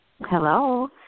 Hello